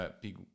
big